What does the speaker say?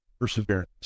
perseverance